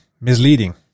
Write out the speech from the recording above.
misleading